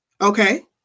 okay